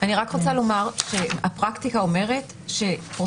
אני רק רוצה לומר שהפרקטיקה אומרת שבהרבה